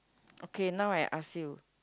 okay now I ask you